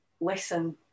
listen